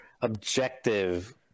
objective